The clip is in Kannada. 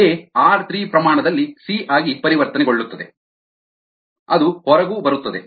ಎ ಆರ್3 ಪ್ರಮಾಣ ದಲ್ಲಿ ಸಿ ಆಗಿ ಪರಿವರ್ತನೆಗೊಳ್ಳುತ್ತದೆ ಅದು ಹೊರಗೂ ಬರುತ್ತದೆ